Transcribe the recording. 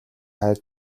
хайр